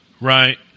Right